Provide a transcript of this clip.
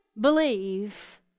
believe